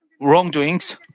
wrongdoings